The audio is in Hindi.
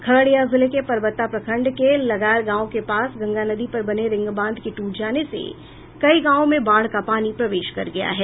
खगड़िया जिले के परबत्ता प्रखंड के लगार गांव के पास गंगा नदी पर बने रिंगबांध के टूट जाने से कई गांवों में बाढ़ का पानी प्रवेश कर गया है